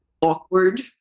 awkward